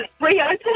Reopen